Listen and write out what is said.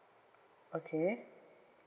okay